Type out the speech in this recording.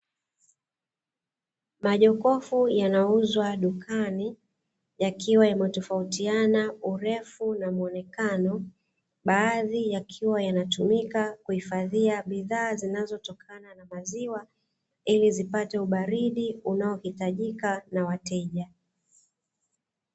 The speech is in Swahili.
Majokofu yanauzwa dukani yakiwa yametofautiana urefu na muonekano, baadhi yakiwa yanatumika kuhifadhia bidhaa zinazotokana na maziwa ili zipate ubaridi unaohitajika na wateja.